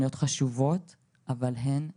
אבל הן לבד.